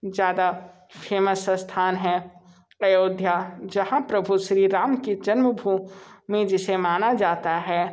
ज़्यादा फ़ेमस स्थान हैं अयोध्या जहाँ प्रभु श्री राम की जन्म भूमी जिसे माना जाता है